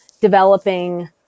developing